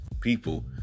people